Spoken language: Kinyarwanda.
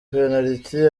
penaliti